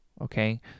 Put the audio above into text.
okay